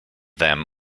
them